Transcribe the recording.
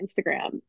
Instagram